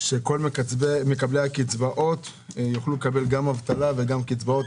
שכל מקבלי הקצבאות יוכלו לקבל גם אבטלה וגם קצבאות,